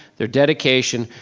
their dedication,